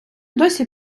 досі